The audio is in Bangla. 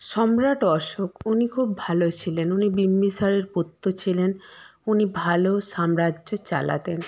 সম্রাট অশোক উনি খুব ভালো ছিলেন উনি বিম্বিসারের পুত্র ছিলেন উনি ভালো সাম্রাজ্য চালাতেন